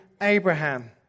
Abraham